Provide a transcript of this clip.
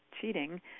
cheating